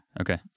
Okay